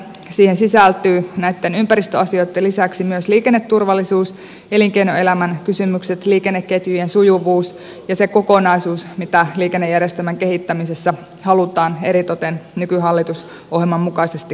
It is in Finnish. siihen sisältyvät näitten ympäristöasioitten lisäksi myös liikenneturvallisuus elinkeinoelämän kysymykset liikenneketjujen sujuvuus ja se kokonaisuus mitä liikennejärjestelmän kehittämisessä halutaan eritoten nykyhallitusohjelman mukaisesti korostaa